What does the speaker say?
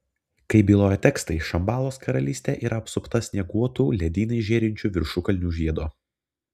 kaip byloja tekstai šambalos karalystė yra apsupta snieguotų ledynais žėrinčių viršukalnių žiedo